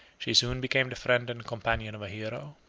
she soon became the friend and companion of a hero.